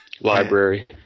Library